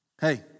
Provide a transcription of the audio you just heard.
Hey